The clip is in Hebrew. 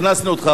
הכנסנו אותך,